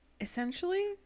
essentially